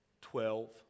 Twelve